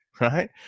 right